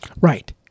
Right